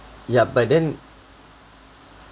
ya but then